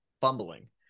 fumbling